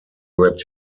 that